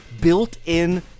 built-in